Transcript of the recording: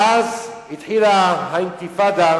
ואז התחילה האינתיפאדה